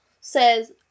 says